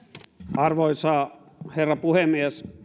arvoisa herra puhemies